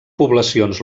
poblacions